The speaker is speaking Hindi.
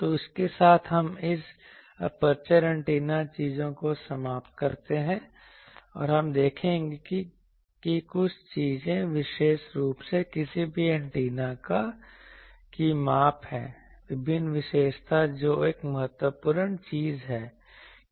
तो इसके साथ हम इस एपर्चर एंटेना चीजों को समाप्त करते हैं और हम देखेंगे कि कुछ चीजें विशेष रूप से किसी भी एंटेना की माप हैं विभिन्न विशेषता जो एक महत्वपूर्ण चीज है